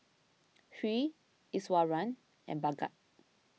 Hri Iswaran and Bhagat